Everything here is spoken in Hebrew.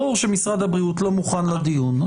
ברור שמשרד הבריאות לא מוכן לדיון.